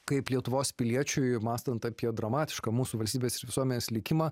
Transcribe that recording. kaip lietuvos piliečiui mąstant apie dramatišką mūsų valstybės ir visuomenės likimą